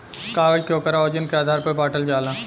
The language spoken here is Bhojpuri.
कागज के ओकरा वजन के आधार पर बाटल जाला